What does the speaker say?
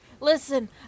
Listen